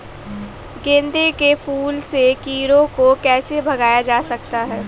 गेंदे के फूल से कीड़ों को कैसे भगाया जा सकता है?